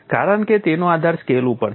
કારણ કે તેનો આધાર સ્કેલ ઉપર છે